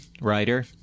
writer